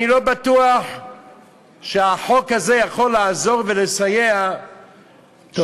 אני לא בטוח שהחוק הזה יכול לעזור ולסייע וימנע